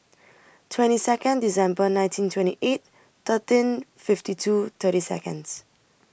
twenty Second December nineteen twenty eight thirteen fifty two thirty Seconds